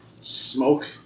smoke